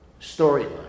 storyline